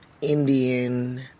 Indian